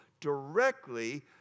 directly